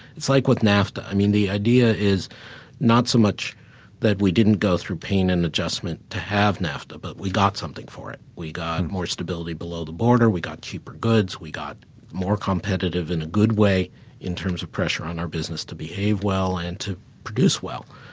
it's like with nafta. i mean, the idea is not so much that we didn't go through pain and adjustment to have nafta, but we got something for it. we got more stability below the border, we got cheaper goods, we got more competitive in a good way in terms of pressure on our business to behave well and to produce well.